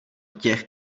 těch